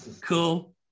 cool